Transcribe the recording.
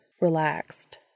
relaxed